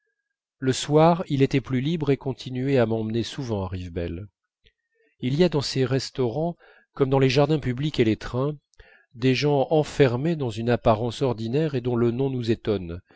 le soir il était plus libre et continuait à m'emmener souvent à rivebelle il y a dans ces restaurants comme dans les jardins publics et les trains des gens enfermés dans une apparence ordinaire et dont le nom nous étonne